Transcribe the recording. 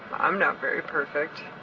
i'm not very perfect.